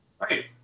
Right